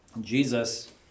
jesus